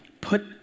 put